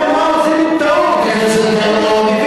השאלה מה עושים עם טעות, חברת הכנסת גלאון.